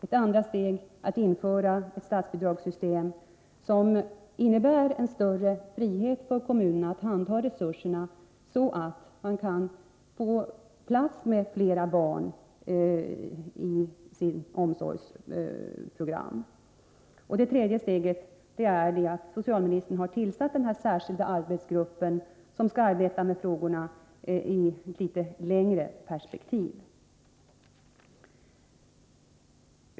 Ett andra steg var att införa ett statsbidragssystem som innebär en större frihet för kommunerna att handha resurserna, så att fler barn kan omfattas av de kommunala barnomsorgsplanerna. Det tredje steget är den särskilda arbetsgrupp som socialministern har tillsatt. Den skall arbeta med frågorna i'ett litet längre perspektiv.